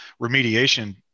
remediation